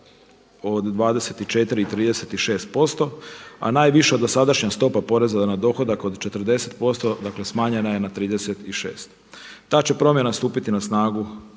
od 24 i 36% a najviša dosadašnja stopa porez na dohodak od 40% dakle smanjena je na 36. Ta će promjena stupiti na snagu